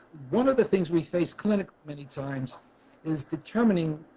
one of the things we face clinically many times is determining